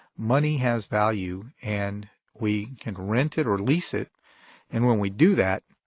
money has value and we can rent it or lease it and when we do that,